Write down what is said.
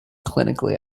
clinically